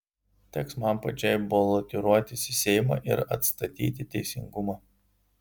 teks man pačiai balotiruotis į seimą ir atstatyti teisingumą